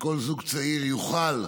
שכל זוג צעיר יוכל,